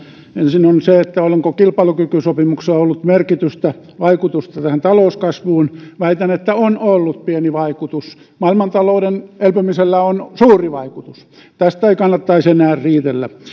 ensin on se onko kilpailukykysopimuksella ollut merkitystä vaikutusta tähän talouskasvuun väitän että on ollut pieni vaikutus maailmantalouden elpymisellä on suuri vaikutus tästä ei kannattaisi enää riidellä